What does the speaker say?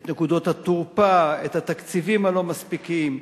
את נקודות התורפה, את התקציבים הלא-מספיקים,